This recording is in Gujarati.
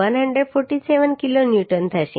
147 કિલોન્યુટન થશે